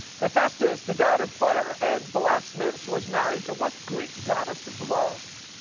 hephaestus, the god of fire and blacksmiths, was married to what greek goddess of love?